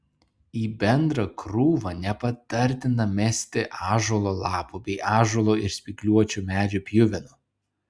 į bendrą krūvą nepatartina mesti ąžuolo lapų bei ąžuolo ir spygliuočių medžių pjuvenų